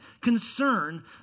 concern